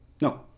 No